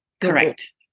Correct